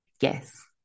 Yes